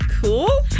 Cool